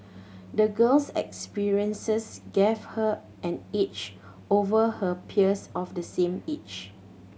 the girl's experiences gave her an edge over her peers of the same age